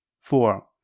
four